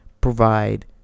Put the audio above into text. provide